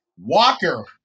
Walker